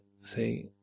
say